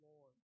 Lord